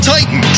Titan